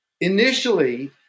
Initially